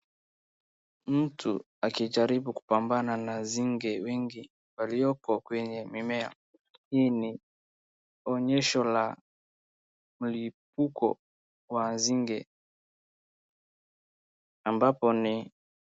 Mtu akijaribu kupambana na nzige wengi walioko kwenye mimea. Hii ni onyesho la mlipuko wa nzige ambapo ni